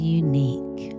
unique